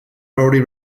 already